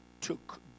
took